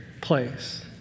place